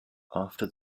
after